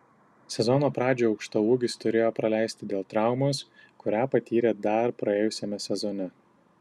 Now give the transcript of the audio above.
sezono pradžią aukštaūgis turėjo praleisti dėl traumos kurią patyrė dar praėjusiame sezone